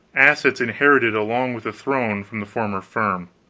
assets inherited, along with the throne, from the former firm.